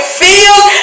feels